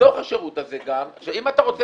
שבתוך השירות הזה גם --- אם אתה רוצה